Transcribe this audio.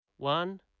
One